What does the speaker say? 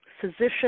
physician